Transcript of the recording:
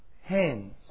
hands